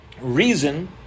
reason